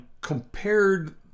compared